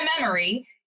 memory